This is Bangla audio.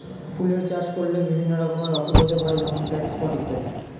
ফুলের চাষ করলে বিভিন্ন রকমের অসুখ হতে পারে যেমন ব্ল্যাক স্পট ইত্যাদি